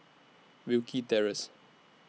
Wilkie Terrace